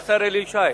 השר אלי ישי.